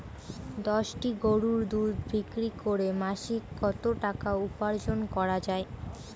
দশটি গরুর দুধ বিক্রি করে মাসিক কত টাকা উপার্জন করা য়ায়?